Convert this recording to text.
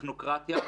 בצורה משמעותית,